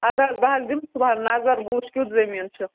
اَد حظ بہٕ حظ دِمہٕ صُبحَن نظر بہٕ وٕچھ کیُتھ زٔمیٖن چھُ